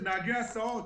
נהגי הסעות.